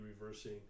reversing